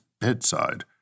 bedside